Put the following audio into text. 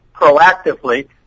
proactively